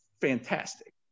fantastic